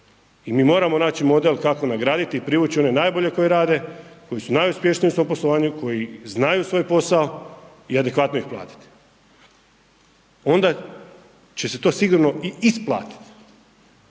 I mi moramo naći model kako nagraditi i privući one najbolje koji rade, koji su najuspješniji u svom poslovanju, koji znaju svoj posao i adekvatno ih platiti. Ona će se to sigurno i isplatiti.